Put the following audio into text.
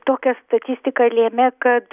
tokią statistiką lėmė kad